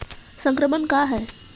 संक्रमण का है?